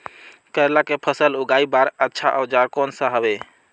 करेला के फसल उगाई बार अच्छा औजार कोन सा हवे?